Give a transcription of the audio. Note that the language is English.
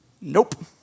Nope